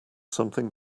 something